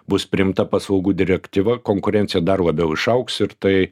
bus priimta paslaugų direktyva konkurencija dar labiau išaugs ir tai